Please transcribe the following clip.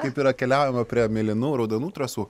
kaip yra keliaujama prie mėlynų raudonų trasų